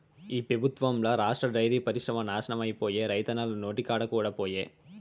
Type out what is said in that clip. ఈ పెబుత్వంల రాష్ట్ర డైరీ పరిశ్రమ నాశనమైపాయే, రైతన్నల నోటికాడి కూడు పాయె